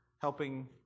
helping